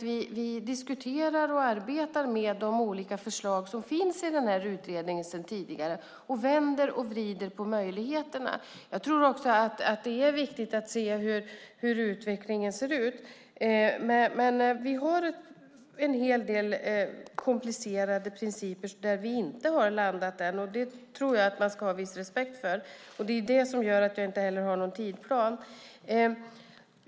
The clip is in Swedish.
Vi diskuterar och arbetar med de olika förslag som finns i utredningen sedan tidigare och vänder och vrider på möjligheterna. Det är också viktigt att följa utvecklingen. Vi har en del komplicerade principer där vi inte har landat än, och det tror jag att man ska ha viss respekt för. Det gör att vi inte heller har någon tidsplan.